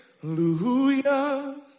Hallelujah